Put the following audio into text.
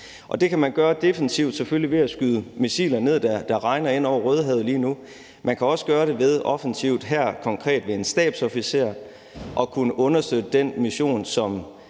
selvfølgelig gøre defensivt ved at skyde de missiler ned, der regner ned over Rødehavet lige nu. Man kan også gøre det ved offensivt – her konkret ved en stabsofficer – ved at understøtte den mission,